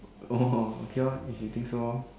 oh okay lor if you think so ah